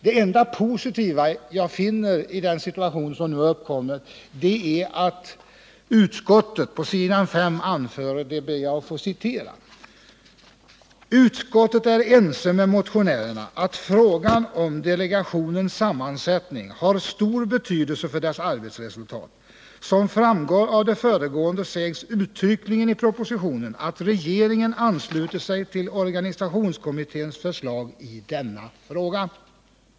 Det enda positiva jag finner i den situation som nu uppkommer är att utskottet på s. 5 anför: ”Utskottet är ense med motionärerna att frågan om delegationens sammansättning har stor betydelse för dess arbetsresultat. Som framgår av det föregående sägs uttryckligen i propositionen att regeringen ansluter sig till organisationskommitténs förslag i denna fråga.